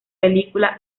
película